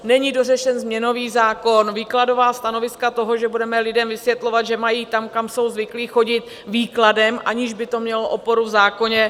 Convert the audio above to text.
Není dořešen změnový zákon, výkladová stanoviska toho, že budeme lidem vysvětlovat, že mají tam, kam jsou zvyklí chodit výkladem, aniž by to mělo oporu v zákoně.